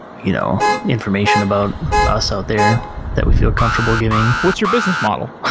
you know information about us out there that we feel comfortable giving what's your business model?